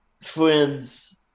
friends